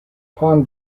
pond